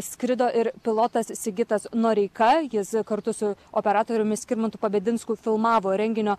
skrido ir pilotas sigitas noreika jis kartu su operatoriumi skirmantu pabedinsku filmavo renginio